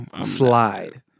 slide